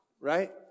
right